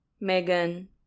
Megan